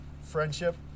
friendship